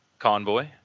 Convoy